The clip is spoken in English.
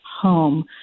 home